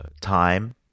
time